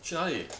去哪里